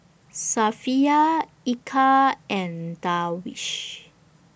Safiya Eka and Darwish